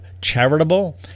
charitable